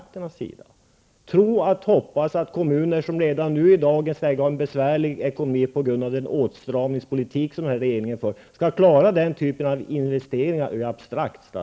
Det verkar abstrakt att tro och hoppas att kommuner, som redan i dagens läge har en besvärlig ekonomi på grund av den åtstramningspolitik som regeringen för, skall kunna klara den typen av investeringar.